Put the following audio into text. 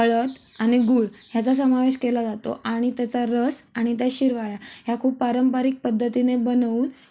हळद आणि गूळ याचा समावेश केला जातो आणि त्याचा रस आणि त्या शिरवाळ्या ह्या खूप पारंपारिक पद्धतीने बनवून